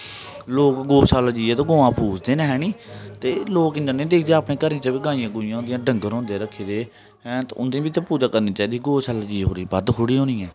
लोक गौऽ शाला जाइयै ते गवांऽ पुजदे न ऐनी ते लोक इ'न्ना नेईं दिक्खदे अपने घरा च बी गाइयां गूइयां होंदियां डंगर होंदे रक्खे दे ते उं'दी बी ते पूजा करनी चाहिदी गौऽ शाला जाइयै कोई बद्ध थोह्ड़ी होनी ऐ